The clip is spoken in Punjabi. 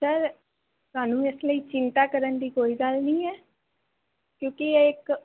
ਸਰ ਤੁਹਾਨੂੰ ਇਸ ਲਈ ਚਿੰਤਾ ਕਰਨ ਦੀ ਕੋਈ ਗੱਲ ਨਹੀਂ ਹੈ ਕਿਉਂਕਿ ਇਹ ਇੱਕ